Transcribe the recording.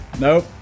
Nope